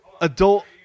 adult